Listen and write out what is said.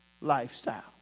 lifestyle